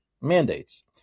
mandates